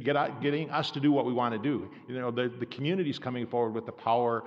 get out getting us to do what we want to do you know the communities coming forward with the power